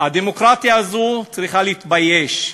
הדמוקרטיה הזאת צריכה להתבייש,